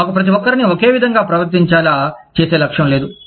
మాకు ప్రతి ఒక్కరినీ ఒకే విధంగా ప్రవర్తించేలా చేసే లక్ష్యం లేదు